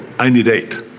i need eight.